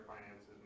finances